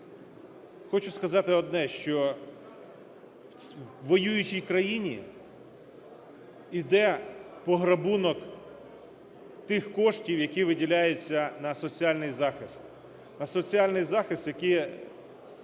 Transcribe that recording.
Хочу сказати одне, що у воюючій країні іде пограбунок тих коштів, які виділяються на соціальний захист, на соціальний захист, на який